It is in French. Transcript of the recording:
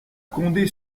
condé